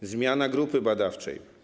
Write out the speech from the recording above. To zmiana grupy badawczej.